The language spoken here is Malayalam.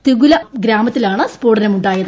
തിഗുല ഗ്രാമത്തിലാണ് സ്ഫോടനമുണ്ടായത്